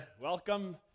welcome